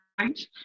right